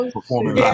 Performing